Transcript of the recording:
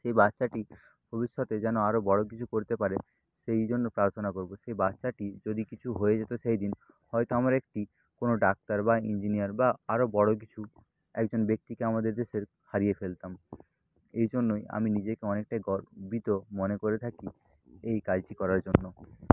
সেই বাচ্চাটি ভবিষ্যতে যেন আরও বড় কিছু করতে পারে সেই জন্য প্রার্থনা করব সেই বাচ্চাটি যদি কিছু হয়ে যেত সেইদিন হয়তো আমরা একটি কোনও ডাক্তার বা ইঞ্জিনিয়ার বা আরও বড় কিছু একজন ব্যক্তিকে আমাদের দেশের হারিয়ে ফেলতাম এই জন্যই আমি নিজেকে অনেকটাই গর্বিত মনে করে থাকি এই কাজটি করার জন্য